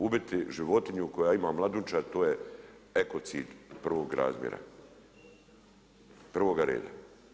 Ubiti životinju koja ima mladunčad, to je ekocid prvog razmjera, prvoga reda.